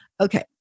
okay